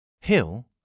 Hill